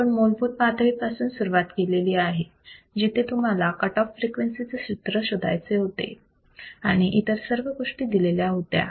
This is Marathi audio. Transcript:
आपण मूलभूत पातळीपासून सुरुवात केलेली आहे जिथे तुम्हाला कट ऑफ फ्रिक्वेन्सी से सूत्र शोधायचे होते आणि इतर सर्व गोष्टी दिलेल्या होत्या